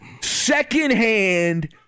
secondhand